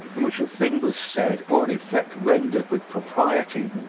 in which a thing was said or an effect rendered with propriety,